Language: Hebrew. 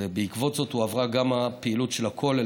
ובעקבות זאת הועברה גם הפעילות של הכולל,